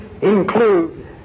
include